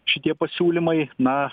šitie pasiūlymai na